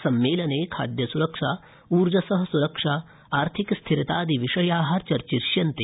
सम्मेलने खाद्य सुरक्षा ऊर्जस सुरक्षा आर्थिकस्थिरतादिविषय चर्चिष्यन्ते